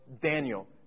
Daniel